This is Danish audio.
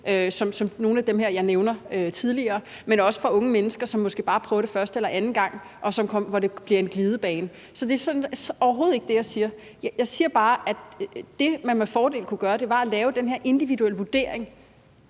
som nogle af dem, jeg nævnte tidligere, men også for unge mennesker, som måske bare prøver det første eller anden gang, og hvor det bliver en glidebane. Så det er overhovedet ikke det, jeg siger. Jeg siger bare, at det, som man med fordel kunne gøre, var at lave den her individuelle vurdering